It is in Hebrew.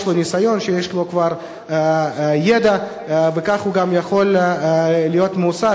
לו ניסיון ויש לו כבר ידע וכך הוא גם יכול להיות מועסק,